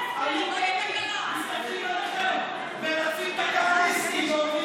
נסמכים עליכם, מנצלים את הכהניסטים.